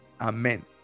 Amen